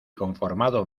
conformado